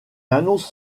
annonce